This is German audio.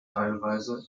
teilweise